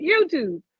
YouTube